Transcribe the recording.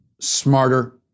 smarter